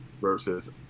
versus